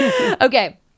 Okay